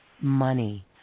money